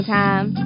time